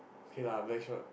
okay lah Blackshot